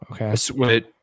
Okay